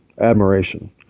admiration